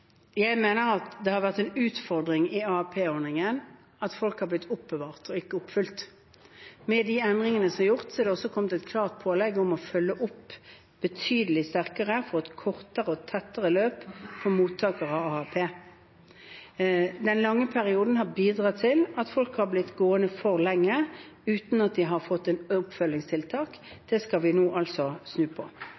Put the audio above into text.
Jeg mener at det har vært en utfordring i AAP-ordningen at folk har blitt oppbevart og ikke oppfulgt. Med de endringene som er gjort, er det kommet et klart pålegg om å følge opp betydelig sterkere, få et kortere og tettere løp for mottakere av AAP. Den lange perioden har bidratt til at folk har blitt gående for lenge uten at de har fått oppfølgingstiltak.